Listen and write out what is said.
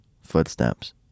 footsteps